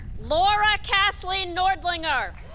laura kathleen noerdlinger